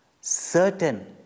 certain